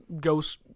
ghost